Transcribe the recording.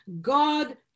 God